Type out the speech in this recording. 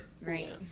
right